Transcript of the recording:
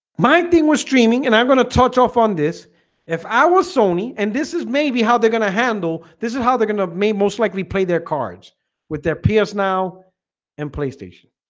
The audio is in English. my thing was streaming and i'm gonna touch off on this if i was sony and this is maybe how they're gonna handle this is how they're gonna maim oast likely play their cards with their peers now and playstation